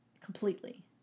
completely